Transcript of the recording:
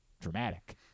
Dramatic